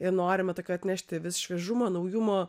ir norime atnešti vis šviežumo naujumo